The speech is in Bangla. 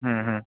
হুম হুম